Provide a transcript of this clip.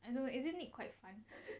I don't know isn't need quite fun